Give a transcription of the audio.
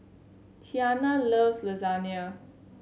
Tianna loves Lasagna